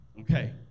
Okay